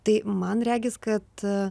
tai man regis kad